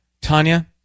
Tanya